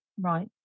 Right